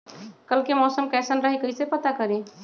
कल के मौसम कैसन रही कई से पता करी?